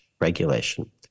regulation